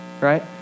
Right